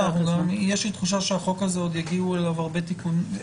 יש לי תחושה שעוד יגיעו לחוק הזה הרבה תיקונים.